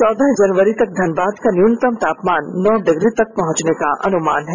चौदह जनवरी तक धनबाद का न्यूनतम तापमान नौ डिग्री तक पहुंचने का अनुमान है